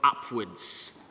upwards